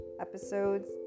Episodes